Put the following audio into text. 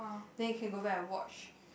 then you can go back and watch